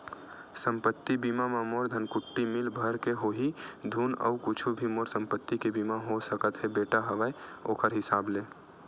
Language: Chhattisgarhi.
संपत्ति बीमा म मोर धनकुट्टी मील भर के होही धुन अउ कुछु भी मोर संपत्ति के बीमा हो सकत हे बेटा हवय ओखर हिसाब ले?